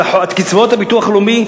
של קצבאות הביטוח הלאומי,